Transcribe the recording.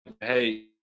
hey